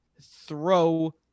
throw